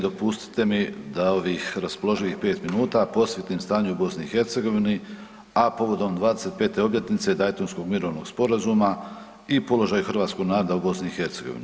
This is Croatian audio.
Dopustite mi da ovih raspoloživih 5 minuta posvetim stanju u BiH, a povodom 25. obljetnice Daytonskog mirovnog sporazuma i položaju hrvatskog naroda u BiH.